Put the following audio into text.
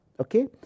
Okay